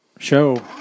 Show